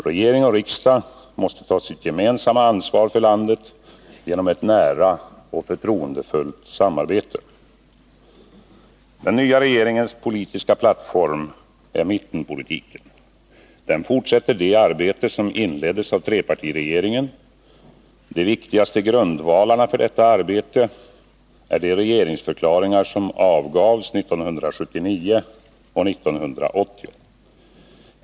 Regering och riksdag måste ta sitt gemensamma ansvar för landet genom ett nära och förtroendefullt samarbete. Den nya regeringens politiska plattform är mittenpolitiken. Den fortsätter det arbete som inleddes av trepartiregeringen. De viktigaste grundvalarna för detta arbete är de regeringsförklaringar som avgavs 1979 och 1980.